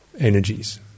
energies